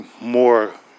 more